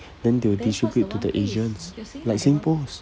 then they will distribute to the agents like singpost